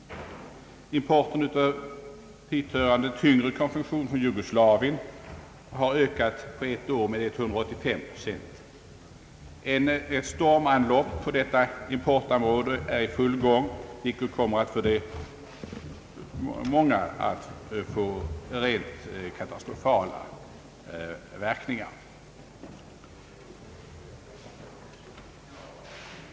Importen av hithörande tyngre konfektion från Jugoslavien har på ett år ökat med 185 procent. Ett stormanlopp på detta importområde är i full gång, vilket kommer att få rent katastrofala verkningar för många.